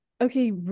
okay